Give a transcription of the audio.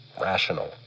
Rational